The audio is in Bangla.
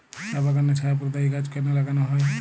চা বাগানে ছায়া প্রদায়ী গাছ কেন লাগানো হয়?